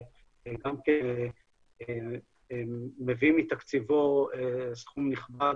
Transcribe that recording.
הם מביאים מתקציבם סכום נכבד